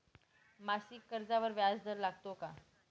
मासिक कर्जावर व्याज दर लागतो का?